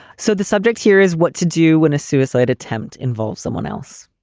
so the subject here is what to do when a suicide attempt involves someone else.